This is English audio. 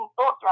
thoughts